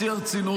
בשיא הרצינות,